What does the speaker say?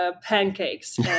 pancakes